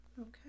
Okay